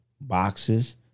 boxes